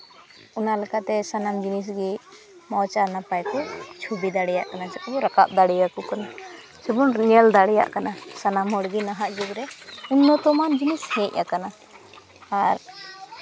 ᱚᱱᱟ ᱞᱮᱠᱟᱛᱮ ᱥᱟᱱᱟᱢ ᱡᱤᱱᱤᱥ ᱜᱮ ᱢᱚᱡᱽ ᱟᱨ ᱱᱟᱯᱟᱭ ᱛᱮ ᱪᱷᱚᱵᱤ ᱫᱟᱲᱮᱭᱟᱜ ᱠᱟᱱᱟ ᱥᱮᱵᱚ ᱨᱟᱠᱟᱵ ᱫᱟᱲᱮᱭᱟᱠᱚ ᱠᱟᱱᱟ ᱥᱮᱵᱚᱱ ᱧᱮᱞ ᱫᱟᱲᱮᱭᱟᱜ ᱠᱟᱱᱟ ᱥᱟᱱᱟᱢ ᱦᱚᱲᱜᱮ ᱱᱟᱦᱟᱜ ᱡᱩᱜᱽᱨᱮ ᱩᱱᱱᱚᱛᱚᱢᱟᱱ ᱡᱤᱱᱤᱥ ᱦᱮᱡ ᱟᱠᱟᱱᱟ ᱟᱨ